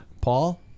Paul